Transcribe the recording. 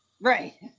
Right